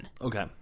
Okay